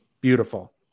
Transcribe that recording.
beautiful